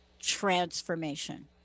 transformation